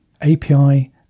API